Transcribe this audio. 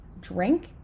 drink